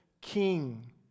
king